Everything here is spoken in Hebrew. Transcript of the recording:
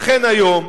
לכן היום,